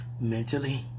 mentally